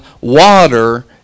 water